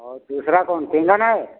और दूसरा कौन सिंघन है